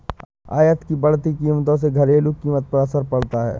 आयात की बढ़ती कीमतों से घरेलू कीमतों पर असर पड़ता है